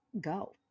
go